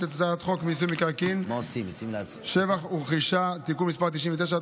את הצעת חוק מיסוי מקרקעין (שבח ורכישה) (תיקון מס' 99),